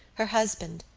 her husband,